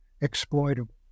exploitable